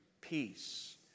peace